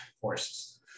forces